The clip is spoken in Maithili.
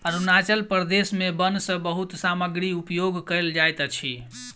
अरुणाचल प्रदेश के वन सॅ बहुत सामग्री उपयोग कयल जाइत अछि